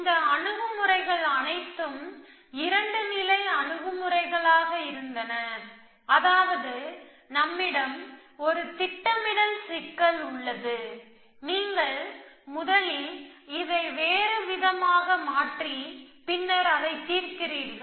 இந்த அணுகுமுறைகள் அனைத்தும் 2 நிலை அணுகுமுறைகளாக இருந்தன அதாவது நம்மிடம் ஒரு திட்டமிடல் சிக்கல் உள்ளது நீங்கள் முதலில் இதை வேறுவிதமாக மாற்றி பின்னர் அதை தீர்க்கிறீர்கள்